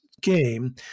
game